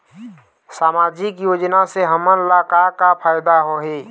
सामाजिक योजना से हमन ला का का फायदा होही?